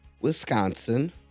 Wisconsin